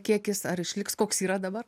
kiekis ar išliks koks yra dabar